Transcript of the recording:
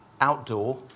outdoor